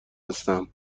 هستم